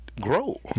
grow